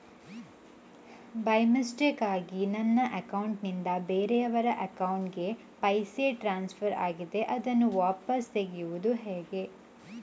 By ಮಿಸ್ಟೇಕಾಗಿ ನನ್ನ account ನಿಂದ ಬೇರೆಯವರ ಅಕೌಂಟ್ ಗೆ ಪೈಸೆ ಟ್ರಾನ್ಸ್ಫರ್ ಆಗಿದೆ ಅದನ್ನು ವಾಪಸ್ ತೆಗೆಯೂದು ಹೇಗೆ?